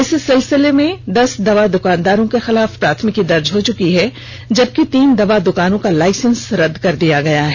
इस सिलसिले में दस दवा दुकानदारों के खिलाफ प्राथमिकी दर्ज हो चुकी है जबकि तीन दवा द्वकानों का लाइसेंस रद्द कर दिया गया है